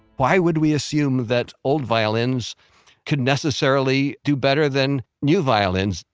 why would we assume that old violins could necessarily do better than new violins?